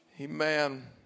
Amen